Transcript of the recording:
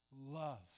Love